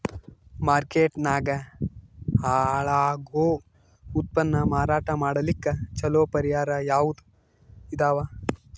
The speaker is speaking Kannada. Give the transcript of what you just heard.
ಮಾರ್ಕೆಟ್ ನಾಗ ಹಾಳಾಗೋ ಉತ್ಪನ್ನ ಮಾರಾಟ ಮಾಡಲಿಕ್ಕ ಚಲೋ ಪರಿಹಾರ ಯಾವುದ್ ಇದಾವ?